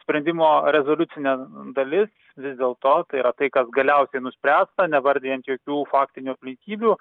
sprendimo rezoliucinė dalis vis dėlto tai yra tai kad galiausiai nuspręsta nevardijant jokių faktinių aplinkybių